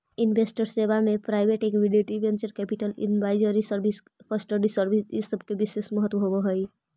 investment सेवा में private equity, venture capital, advisory service, custody service इ सब के विशेष महत्व होवऽ हई